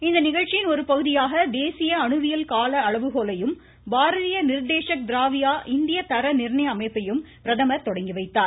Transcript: என்று இந்நிகழ்ச்சியின் ஒரு பகுதியாக தேசிய அணுவியல் கால அளவுகோலையும் பாரதிய நிர்தேஷக் திராவியா இந்திய தர நிர்ணய அமைப்பையும் பிரதமர் தொடங்கிவைத்தார்